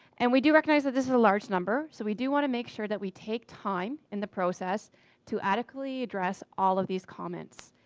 and we do recognize that this is a large number. so we do want to make sure that we take time in the process to adequately address all of these comments.